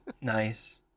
Nice